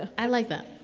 i like that.